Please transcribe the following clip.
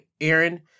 Aaron